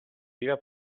viva